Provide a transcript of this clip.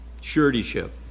Suretyship